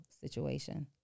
situation